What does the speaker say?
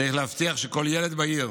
צריך להבטיח שכל ילד בעיר,